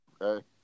Okay